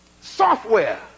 software